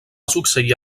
succeir